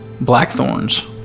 blackthorns